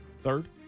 Third